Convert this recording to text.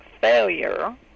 failure